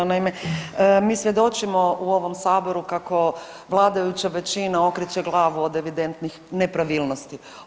Naime, mi svjedočimo u ovom saboru kako vladajuća većina okreće glavu od evidentnih nepravilnosti.